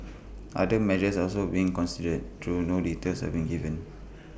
other measures are also being considered though no details have been given